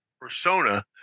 persona